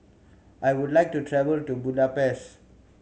I would like to travel to Budapest